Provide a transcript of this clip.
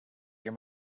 your